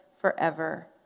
forever